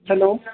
hello